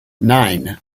nine